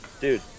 Dude